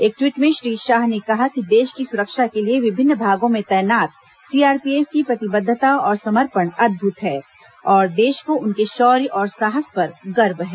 एक ट्वीट में श्री शाह ने कहा कि देश की सुरक्षा के लिए विभिन्न भागों में तैनात सीआरपीएफ की प्रतिबद्धता और समर्पण अद्भुत है और देश को उनके शौर्य और साहस पर गर्व है